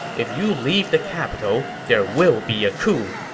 if you leave the capital, there will be a coup.